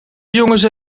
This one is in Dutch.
jongens